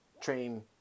Train